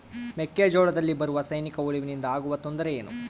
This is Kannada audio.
ಮೆಕ್ಕೆಜೋಳದಲ್ಲಿ ಬರುವ ಸೈನಿಕಹುಳುವಿನಿಂದ ಆಗುವ ತೊಂದರೆ ಏನು?